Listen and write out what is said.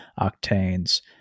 Octane's